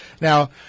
now